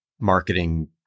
marketing